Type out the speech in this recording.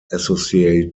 associate